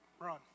Run